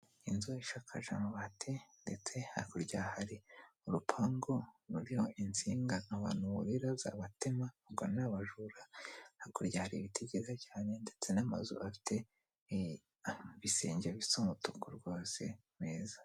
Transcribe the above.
Inzu isakaje amabati ndetse hakurya hari urupangu ruriho inzinga abantu burira zabatema, ubwo ni abajura, hakurya hari ibiti byiza cyane ndetse n'amazu afite ibisenge bisu umutungo rwose meza.